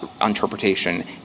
interpretation